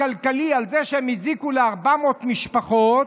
כלכלי על זה שהם הזיקו ל-400 משפחות,